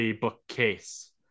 bookcase